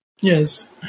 Yes